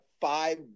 five